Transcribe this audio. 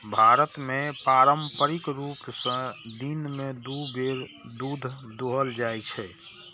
भारत मे पारंपरिक रूप सं दिन मे दू बेर दूध दुहल जाइ छै